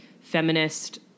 feminist